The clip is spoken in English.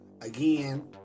again